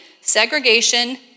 segregation